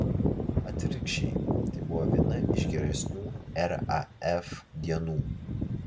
atvirkščiai tai buvo viena iš geresnių raf dienų